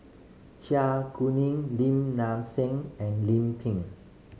Char Kuning Lim Nang Seng and Lim Pin